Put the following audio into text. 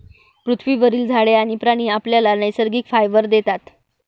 पृथ्वीवरील झाडे आणि प्राणी आपल्याला नैसर्गिक फायबर देतात